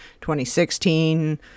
2016